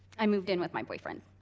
i moved in with my boyfriend.